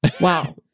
Wow